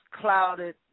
clouded